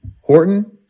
Horton